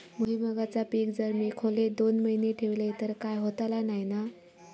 भुईमूगाचा पीक जर मी खोलेत दोन महिने ठेवलंय तर काय होतला नाय ना?